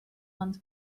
ond